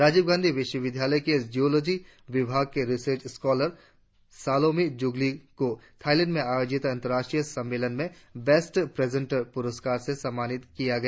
राजीव गांधी विश्वविद्यालय के जूलॉजी विभाग के रिसर्च स्कोलर सालोमी जुगली को थाईलैंड में आयोजित अंतर्राष्ट्रीय सम्मेलन में बैस्ट प्रेजेनटर पुरस्कार से सम्मानित किया गया